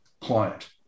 client